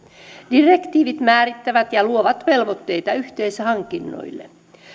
direktiivit määrittävät ja luovat velvoitteita yhteishankinnoille